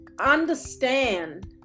understand